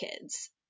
kids